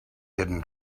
hidden